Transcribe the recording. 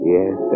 Yes